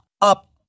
up